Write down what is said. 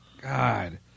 God